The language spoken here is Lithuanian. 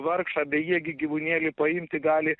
vargšą bejėgį gyvūnėlį paimti gali